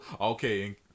Okay